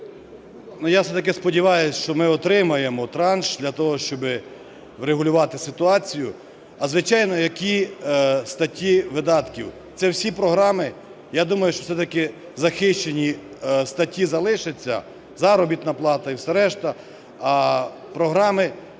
Я все-таки сподіваюсь, що ми отримаємо транш для того, щоб врегулювати ситуацію. А, звичайно, які статті видатків? Це всі програми. Я думаю, що все-таки захищені статті залишаться, заробітна плата і все решта, а програми